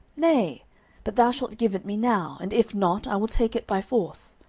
nay but thou shalt give it me now and if not, i will take it by force.